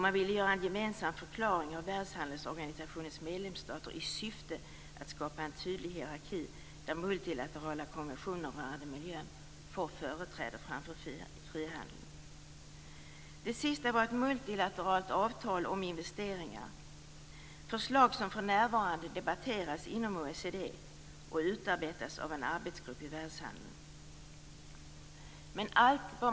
Man vill också göra en gemensam förklaring av Världshandelsorganisationens medlemsstater i syfte att skapa en tydlig hierarki där multilaterala konventioner rörande miljön får företräde framför frihandeln. Ett förslag om ett multilateralt avtal om investeringar debatteras för närvarande inom OECD och utarbetas av en arbetsgrupp i världshandel.